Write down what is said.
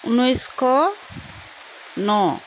ঊনৈছশ ন